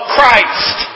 Christ